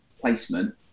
placement